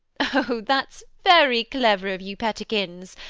oh, that's very clever of you, pettikins.